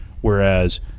whereas